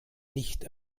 nicht